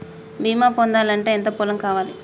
బీమా పొందాలి అంటే ఎంత పొలం కావాలి?